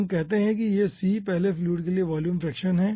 हम कहते हैं कि यह c पहले फ्लूइड के लिए वॉल्यूम फ्रैक्शन है